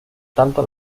tanto